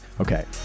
Okay